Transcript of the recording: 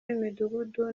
b’imidugudu